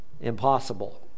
Impossible